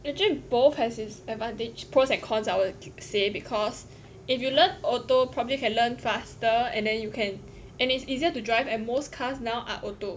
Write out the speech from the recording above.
actually both has its advantage pros and cons I would say because if you learn auto probably can learn faster and then you can and it's easier to drive and most cars now are auto